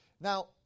Now